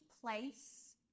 place